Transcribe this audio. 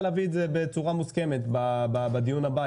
להביא את זה בצורה מוסכמת בדיון הבא,